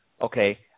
okay